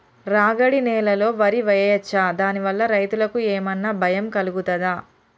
రాగడి నేలలో వరి వేయచ్చా దాని వల్ల రైతులకు ఏమన్నా భయం కలుగుతదా?